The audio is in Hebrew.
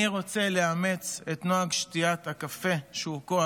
אני רוצה לאמץ את נוהג שתיית הקפה שהוא כה